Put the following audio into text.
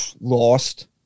Lost